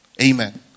Amen